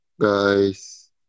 guys